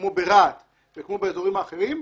כמו ברהט וכמו באזורים אחרים,